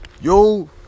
Yo